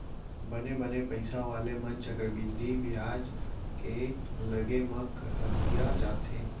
बने बने पइसा वाले मन चक्रबृद्धि बियाज के लगे म हकिया जाथें